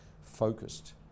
focused